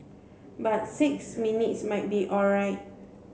but six minutes might be alright